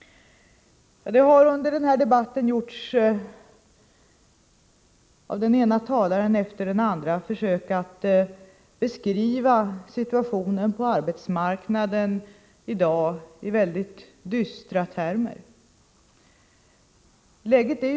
Under debatten har det av den ena talaren efter den andra gjorts försök att beskriva situationen på arbetsmarknaden i dag i mycket dystra termer.